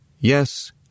Yes